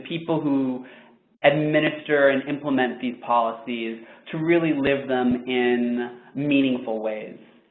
people who administer and implement these policies to really live them in meaningful ways.